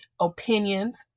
opinions